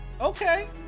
Okay